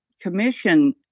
commission